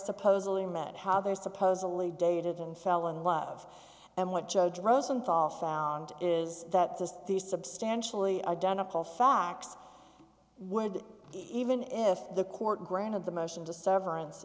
supposedly met how they're supposedly dated and fell in love and what judge rosenthal found is that this these substantially identical facts would even if the court granted the motion to severance